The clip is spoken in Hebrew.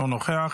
אינו נוכח,